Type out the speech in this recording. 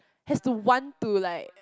has to want to like